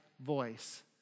voice